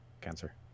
cancer